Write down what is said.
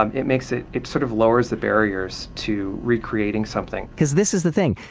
um it makes it it sort of lowers the barriers to recreating something because this is the thing.